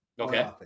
Okay